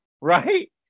right